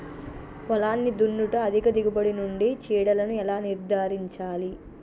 పొలాన్ని దున్నుట అధిక దిగుబడి నుండి చీడలను ఎలా నిర్ధారించాలి?